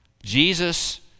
Jesus